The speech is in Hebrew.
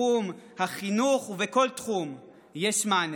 בתחום החינוך ובכל תחום יש מענה.